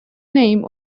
name